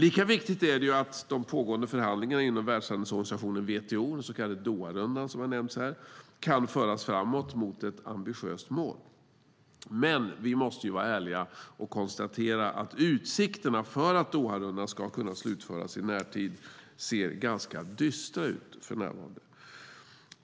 Lika viktigt är det att de pågående förhandlingarna inom Världshandelsorganisationen WTO, den så kallade Doharundan som har nämnts här, kan föras framåt mot ett ambitiöst mål. Men vi måste vara ärliga och konstatera att utsikterna för att Doharundan ska kunna slutföras i närtid ser ganska dystra ut för närvarande.